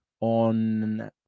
on